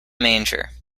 manger